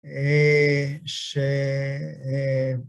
אה... ש... אה...